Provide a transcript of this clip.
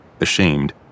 ashamed